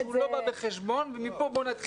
זה דבר שהוא לא בא בחשבון ומפה בוא נתחיל.